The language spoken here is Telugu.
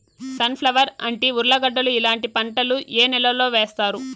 సన్ ఫ్లవర్, అంటి, ఉర్లగడ్డలు ఇలాంటి పంటలు ఏ నెలలో వేస్తారు?